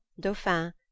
Dauphin